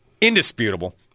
indisputable